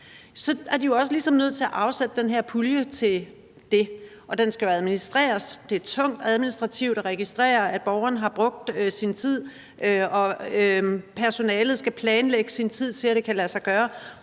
ligesom er nødt til at afsætte den her pulje til det. Og den skal jo administreres. Det er tungt administrativt at registrere, at borgeren har brugt sin tid, og personalet skal planlægge tid til, at det kan lade sig gøre.